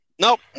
nope